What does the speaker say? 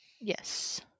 Yes